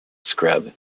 scrub